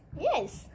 Yes